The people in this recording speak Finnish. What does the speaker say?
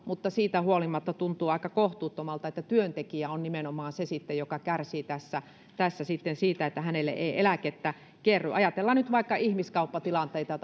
siitä huolimatta tuntuu aika kohtuuttomalta että työntekijä on nimenomaan se joka kärsii tässä tässä sitten siitä että hänelle ei eläkettä kerry ajatellaan nyt vaikka ihmiskauppatilanteita